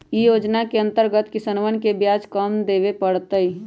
ई योजनवा के अंतर्गत किसनवन के ब्याज कम देवे पड़ तय